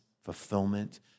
fulfillment